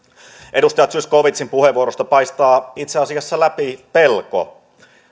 edustaja zyskowiczin puheenvuorosta paistaa itse asiassa läpi pelko